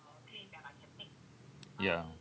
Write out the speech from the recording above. ya